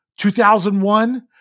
2001